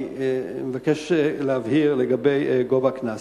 אני מבקש להבהיר לגבי גובה הקנס.